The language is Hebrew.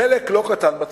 חלק לא קטן בציבור,